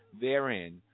Therein